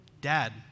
Dad